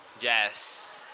Yes